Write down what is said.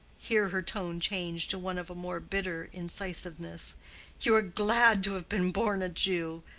here her tone changed to one of a more bitter incisiveness you are glad to have been born a jew.